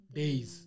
days